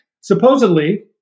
Supposedly